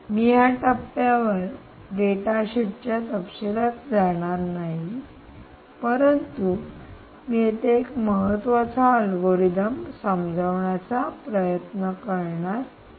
मी या टप्प्यावर data sheet च्या तपशीलात जाणार नाही परंतु मी येथे एक अत्यंत महत्त्वाचा अल्गोरिदम समजवण्याचा प्रयत्न करणार आहे